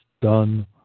done